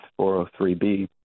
403B